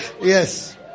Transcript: Yes